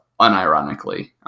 unironically